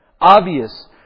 obvious